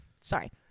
Sorry